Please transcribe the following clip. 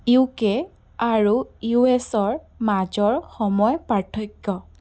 U K আৰু U এছৰ মাজৰ সময় পাৰ্থক্য